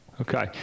okay